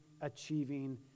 achieving